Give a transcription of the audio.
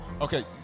Okay